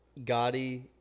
Gotti